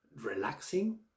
relaxing